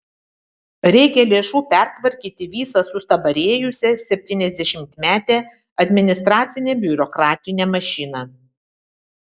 reikia lėšų pertvarkyti visą sustabarėjusią septyniasdešimtmetę administracinę biurokratinę mašiną